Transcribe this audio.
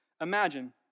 Imagine